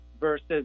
versus